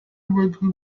vote